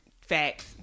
Facts